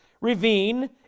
Ravine